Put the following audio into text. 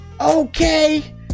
okay